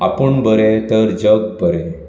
आपुण बरें तर जग बरें